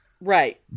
Right